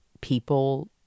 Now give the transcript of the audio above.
people